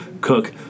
cook